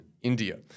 India